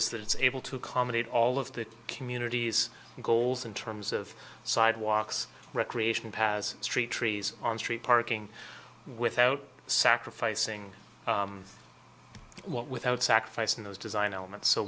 is that it's able to accommodate all of the communities in goals in terms of sidewalks recreation paths street trees on street parking without sacrificing what without sacrificing those design elements so